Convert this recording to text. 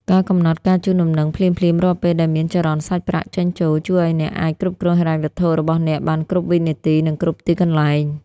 ការកំណត់ការជូនដំណឹង ភ្លាមៗរាល់ពេលដែលមានចរន្តសាច់ប្រាក់ចេញចូល ជួយឱ្យអ្នកអាចគ្រប់គ្រងហិរញ្ញវត្ថុរបស់អ្នកបានគ្រប់វិនាទី និងគ្រប់ទីកន្លែង។